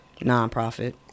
Nonprofit